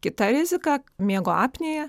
kita rizika miego apnėja